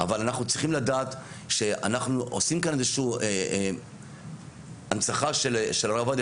אבל אנחנו צריכים לדעת שאנחנו עושים כאן איזשהו הנצחה של הרב עובדיה